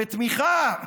בתמיכה,